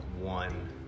one